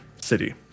city